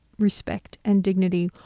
respect and dignity,